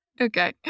okay